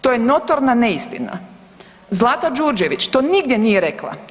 To je notorna neistina, Zlata Đurđević to nigdje nije rekla.